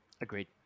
Agreed